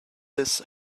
this